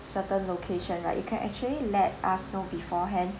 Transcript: certain location right you can actually let us know beforehand